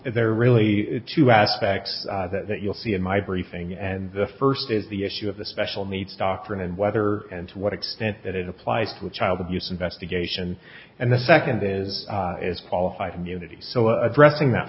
are really two aspects that you'll see in my briefing and the first is the issue of the special needs doctrine and whether and to what extent that it applies to a child abuse investigation and the second is as qualified immunity so addressing that